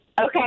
Okay